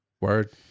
word